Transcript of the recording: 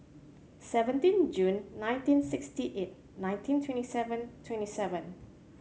seventeen June nineteen sixty eight nineteen twenty seven twenty seven